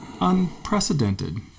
unprecedented